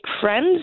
friends